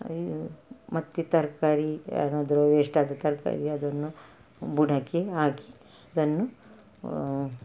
ಅಯ್ಯೋ ಮತ್ತು ತರಕಾರಿ ಏನಾದರೂ ಎಷ್ಟಾದರೂ ತರಕಾರಿ ಅದನ್ನು ಬುಡಕ್ಕೆ ಹಾಕಿ ಅದನ್ನು